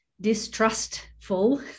distrustful